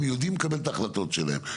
הם יודעים לקבל את ההחלטות שלהם.